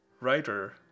writer